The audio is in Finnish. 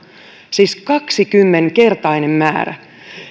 siis kaksikymmentä kertainen